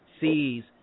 sees